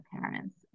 parents